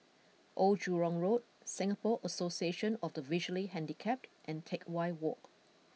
Old Jurong Road Singapore Association of the Visually Handicapped and Teck Whye Walk